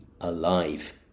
alive